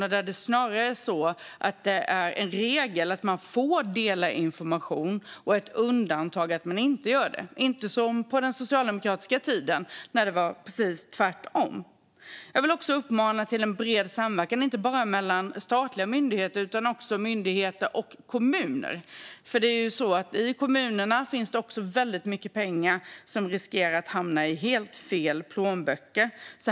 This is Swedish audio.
Där är det snarare en regel att man får dela information och ett undantag att man inte gör det - inte som på den socialdemokratiska tiden, då det var precis tvärtom. Jag vill också uppmana till bred samverkan inte bara mellan statliga myndigheter utan också mellan myndigheter och kommuner. I kommunerna finns det ju också väldigt mycket pengar som riskerar att hamna i helt fel plånböcker.